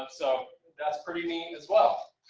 so that's pretty neat as well.